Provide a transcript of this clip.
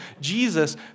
Jesus